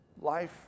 life